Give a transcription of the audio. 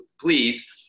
please